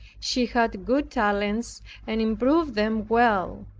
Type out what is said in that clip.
she had good talents and improved them well.